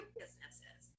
businesses